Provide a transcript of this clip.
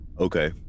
Okay